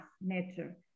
nature